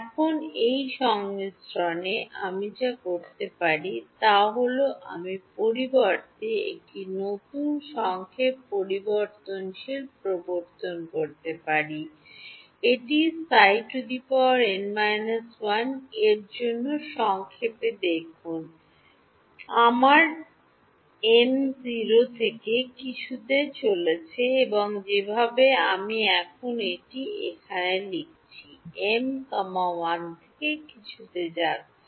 এখন এই সংমিশ্রণে আমি যা করতে পারি তা হল আমি পরিবর্তে একটি নতুন সংক্ষেপ পরিবর্তনশীল প্রবর্তন করতে পারি এটি Ψ n−1এর জন্য সংক্ষেপে দেখুন আমার মি 0 থেকে কিছুতে চলেছে এবং যেভাবে আমি এখন এটি এখানে লিখেছি m 1 থেকে কিছুতে যাচ্ছে